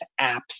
apps